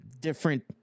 different